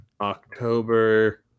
October